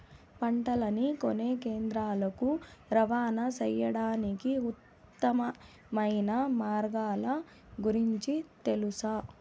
పంటలని కొనే కేంద్రాలు కు రవాణా సేయడానికి ఉత్తమమైన మార్గాల గురించి తెలుసా?